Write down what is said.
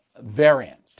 variant